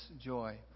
joy